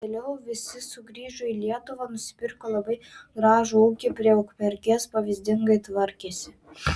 vėliau visi sugrįžo į lietuvą nusipirko labai gražų ūkį prie ukmergės pavyzdingai tvarkėsi